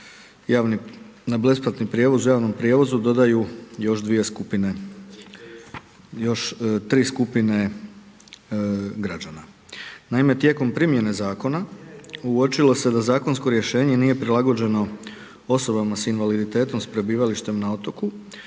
na besplatni prijevoz o javnom prijevozu dodaju još tri skupine građana. Naime, tijekom primjene zakona, uočilo se da zakonsko rješenje nije prilagođeno osobama sa invaliditetom s prebivalištem na otoku